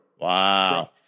Wow